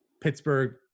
Pittsburgh